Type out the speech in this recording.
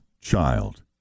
child